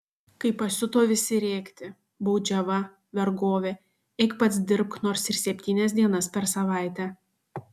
kai pasiuto visi rėkti baudžiava vergovė eik pats dirbk nors ir septynias dienas per savaitę